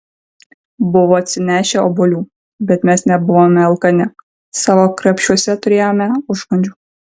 buvo atsinešę obuolių bet mes nebuvome alkani savo krepšiuose turėjome užkandžių